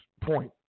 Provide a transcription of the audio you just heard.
point